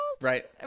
Right